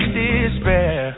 despair